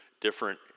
different